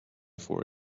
for